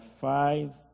five